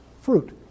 fruit